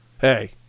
hey